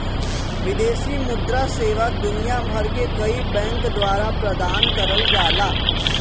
विदेशी मुद्रा सेवा दुनिया भर के कई बैंक द्वारा प्रदान करल जाला